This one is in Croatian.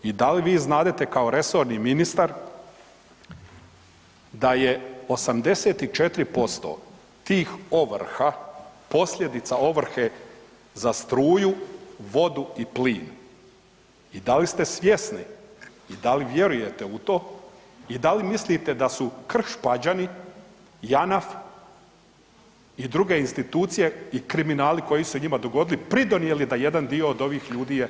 I da li vi znadete kao resorni ministar da je 84% tih ovrha posljedica ovrhe za struju, vodu i plin i da li ste svjesni i da li vjerujete u to i da li mislite da su Krš-Pađani, JANAF i druge institucije i kriminali koji su se u njima dogodili pridonijeli da jedan dio od ovih je pod ovrhom?